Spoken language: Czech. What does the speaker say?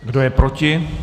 Kdo je proti?